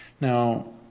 Now